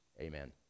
Amen